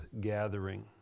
gathering